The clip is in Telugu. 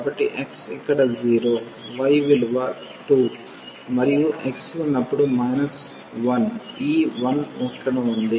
కాబట్టి x ఇక్కడ 0 y విలువ 2 మరియు x ఉన్నప్పుడు 1 ఈ 1 ఇక్కడ ఉంది